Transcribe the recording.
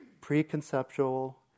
pre-conceptual